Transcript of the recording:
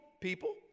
people